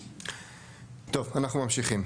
טוב, אנחנו ממשיכים,